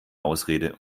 ausrede